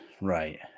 Right